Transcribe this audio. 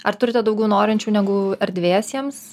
ar turite daugiau norinčių negu erdvės jiems